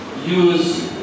use